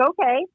okay